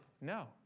No